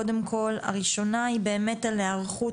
קודם כל הראשונה היא באמת על היערכות